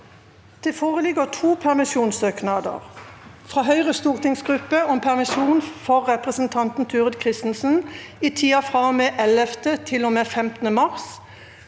Det foreligger to permi- sjonssøknader: – fra Høyres stortingsgruppe om permisjon for representanten Turid Kristensen i tida fra og med 11. til og med 15. mars,